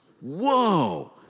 Whoa